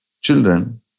children